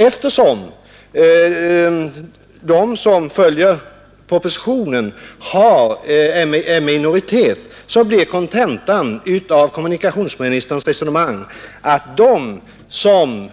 Eftersom de som följer propositionen är i minoritet blir kontentan av kommunikationsministerns resonemang att de som